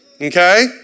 okay